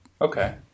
Okay